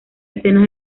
escenas